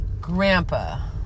grandpa